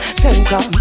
center